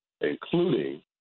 including